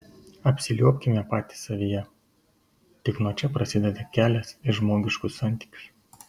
apsiliuobkime patys savyje tik nuo čia prasideda kelias į žmogiškus santykius